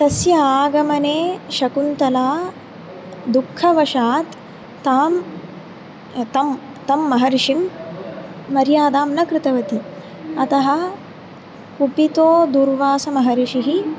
तस्य आगमने शकुन्तला दुःखवशात् तां तं तं महर्षिं मर्यादां न कृतवती अतः कुपितो दुर्वासमहर्षिः